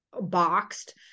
boxed